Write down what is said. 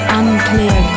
unclear